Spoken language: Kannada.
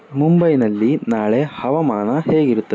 ಮುಂಬೈನಲ್ಲಿ ನಾಳೆ ಹವಾಮಾನ ಹೇಗಿರುತ್ತೆ